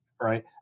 right